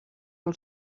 del